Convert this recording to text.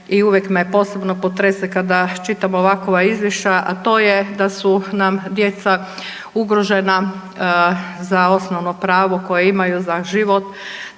i uvijek me posebno potrese kada čitam ovakova izvješća, a to je da su nam djeca ugrožena za osnovno pravno koje imaju, za život,